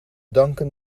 danken